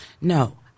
no